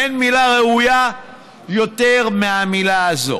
אין מילה ראויה יותר מהמילה הזאת.